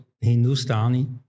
Hindustani